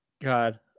God